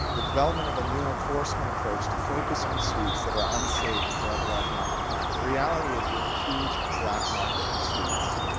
the development of a new enforcement approach to focus on suites that are unsafe or otherwise not compliant. the reality is we have a huge black market in suites